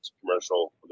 commercial